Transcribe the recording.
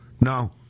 No